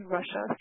Russia